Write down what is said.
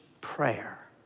prayer